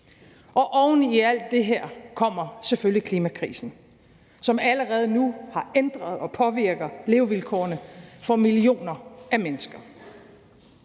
Oven i alt det her kommer selvfølgelig klimakrisen, som allerede nu har ændret og påvirker levevilkårene for millioner af mennesker.